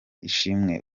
ishimwe